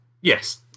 Yes